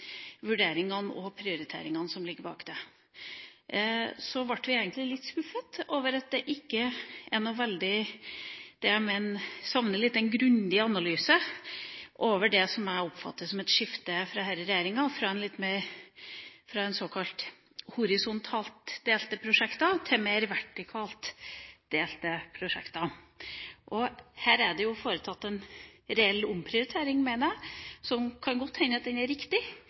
Så ble vi egentlig litt skuffet over at det ikke er noe veldig av det. Vi savner litt en grundig analyse av det som jeg oppfatter som et skifte fra denne regjeringa, fra såkalt horisontalt delte prosjekter til mer vertikalt delte prosjekter. Her er det foretatt en reell omprioritering, mener jeg. Det kan godt hende at den er riktig,